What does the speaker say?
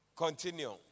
Continue